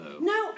No